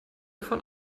von